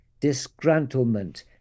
disgruntlement